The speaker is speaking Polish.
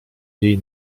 jej